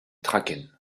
traken